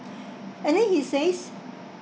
and then he says